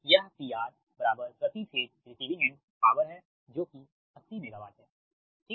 यह PR प्रति phase receiving end power है जो कि 80 मेगावाट हैठीक